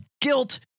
guilt